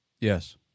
Yes